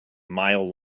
mile